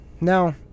Now